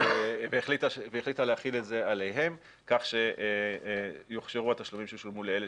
והחליטה להחיל את זה עליהם כך שיוכשרו התשלומים ששולמו לאלה